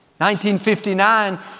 1959